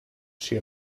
she